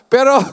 Pero